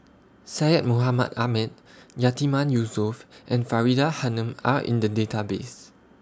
Syed Mohamed Ahmed Yatiman Yusof and Faridah Hanum Are in The Database